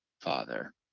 Father